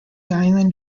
island